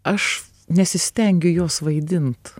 aš nesistengiu jos vaidint